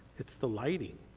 it's the lighting,